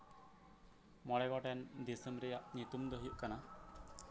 ᱢᱚᱬᱮ ᱜᱚᱴᱮᱱ ᱫᱤᱥᱚᱢ ᱨᱮᱭᱟᱜ ᱧᱩᱛᱩᱢ ᱫᱚ ᱦᱩᱭᱩᱜ ᱠᱟᱱᱟ